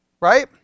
right